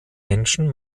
menschen